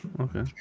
okay